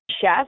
chef